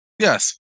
Yes